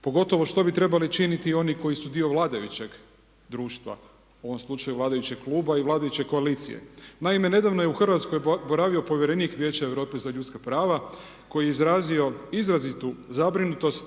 pogotovo što bi trebali činiti oni koji su dio vladajućeg društva u ovom slučaju vladajućeg kluba i vladajuće koalicije. Naime, nedavno je u Hrvatskoj boravio povjerenik Vijeća Europe za ljudska prava koji je izrazio izrazitu zabrinutost